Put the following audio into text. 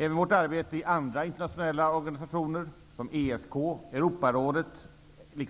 Även vårt arbete i andra internationella organisationer såsom ESK, Europarådet